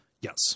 Yes